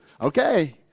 okay